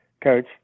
coach